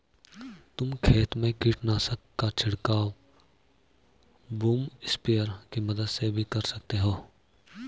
तुम खेत में कीटनाशक का छिड़काव बूम स्प्रेयर की मदद से भी कर सकते हो